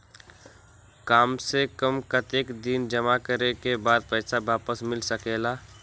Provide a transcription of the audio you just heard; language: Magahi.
काम से कम कतेक दिन जमा करें के बाद पैसा वापस मिल सकेला?